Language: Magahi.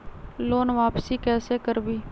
लोन वापसी कैसे करबी?